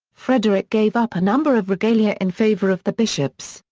frederick gave up a number of regalia in favour of the bishops,